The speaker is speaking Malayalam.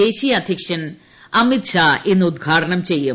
ദേശീയ അദ്ധ്യക്ഷൻ അമിത് ഷാ ഇന്ന് ഉദ്ഘാടനം ചെയ്യും